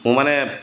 মোৰ মানে